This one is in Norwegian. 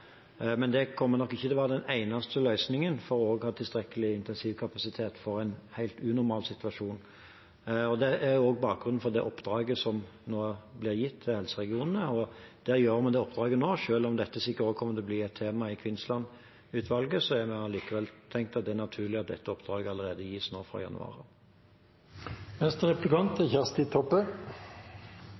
Men det kommer nok ikke til å være den eneste løsningen for å ha tilstrekkelig intensivkapasitet også i en helt unormal situasjon. Det er også bakgrunnen for det oppdraget som nå blir gitt til helseregionene. Det oppdraget gjøres nå. Selv om dette sikkert også kommer til å bli et tema i Kvinnsland-utvalget, har vi likevel tenkt at det er naturlig at dette oppdraget gis allerede fra januar.